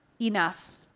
enough